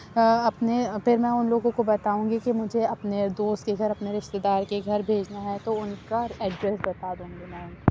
اپنے پھر میں ان لوگوں کو بتاؤں گی کہ مجھے اپنے دوست کے گھر اپنے رشتے دار کے گھر بھیجنا ہے تو ان کا ایڈریس بتا دوں گی میں ان